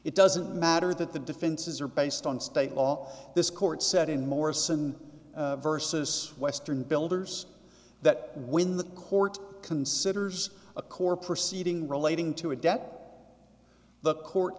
it doesn't matter that the defenses are based on state law this court said in morrison versus western builders that when the court considers a core proceeding relating to a debt the court